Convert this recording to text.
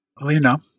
Lena